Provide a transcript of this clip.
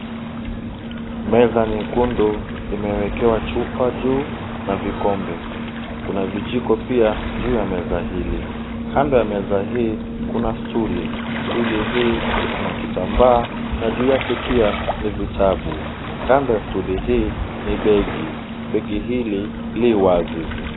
Meza nyekundu imewekwewa chupa juu na vikombe. Kuna vijiko pia juu ya meza hili. Kando ya meza hii kuna stuli, stuli hii iko na kitambaa na juu yake pia ni vitabu. Kando ya stuli hii ni begi. Begi hili li wazi.